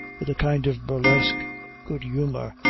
with a kind of burlesque good humor,